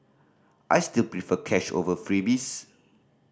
I still prefer cash over freebies